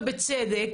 ובצדק,